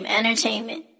Entertainment